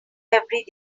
every